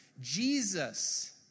Jesus